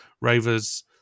Rovers